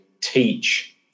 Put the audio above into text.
teach